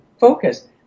focus